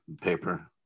paper